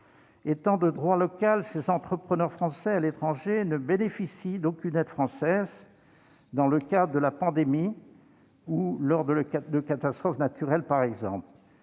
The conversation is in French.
au droit local, ces entrepreneurs français à l'étranger ne bénéficient d'aucune aide française dans le cadre de la pandémie ou lors de catastrophes naturelles, par exemple.